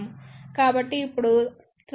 కాబట్టి ఇప్పుడు త్వరగా వ్యక్తీకరణలను చూద్దాం